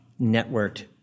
networked